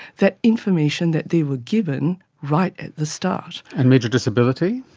that information that they were given right at the start. and major disability?